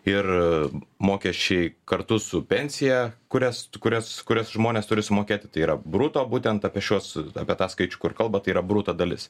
ir mokesčiai kartu su pensija kurias tu kurias kurias žmonės turi sumokėti tai yra bruto būtent apie šiuos apie tą skaičių kur kalbat tai yra bruto dalis